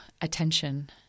attention